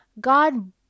God